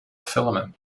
filament